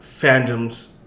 fandoms